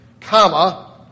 Comma